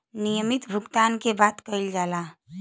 नियमित भुगतान के बात कइल जाला